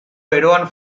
beroan